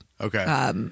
Okay